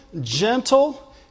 gentle